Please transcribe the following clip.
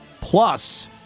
plus